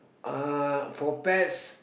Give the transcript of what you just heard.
uh for pets